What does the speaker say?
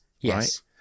Yes